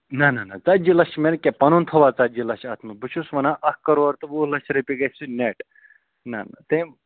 نہ نہ نہ ژَتجی لَچھ چھِ مےٚ نہٕ کیٛاہ پَنُن تھوٚوَا ژَتجی لچھ اَتھ منٛز بہٕ چھُس وَنان اَکھ کرور تہٕ وُہ لَچھ رۄپیہِ گَژھِ سُہ نٮ۪ٹ نہ نہ تٔمۍ